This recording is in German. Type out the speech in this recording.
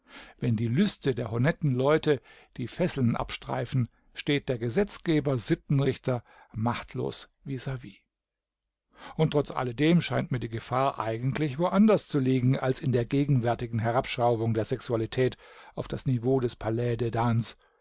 wenn die lüste der honetten leute die fesseln abstreifen steht der gesetzgeber sittenrichter machtlos vis vis und trotz alledem scheint mir die gefahr eigentlich wo anders zu liegen als in der gegenwärtigen herabschraubung der sexualität auf das niveau des palais de danse